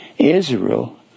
Israel